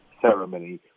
ceremony